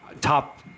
top